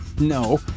No